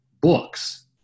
Books